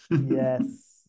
Yes